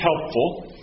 helpful